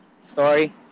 story